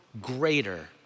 greater